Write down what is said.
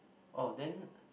oh then